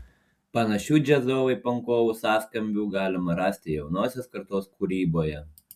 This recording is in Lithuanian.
panašių džiazovai pankovų sąskambių galima rasti jaunosios kartos kūryboje